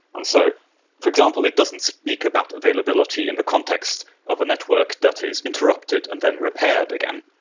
and so for example, it doesn't speak about availability in the context of a network that is interrupted and then repaired. again,